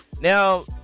Now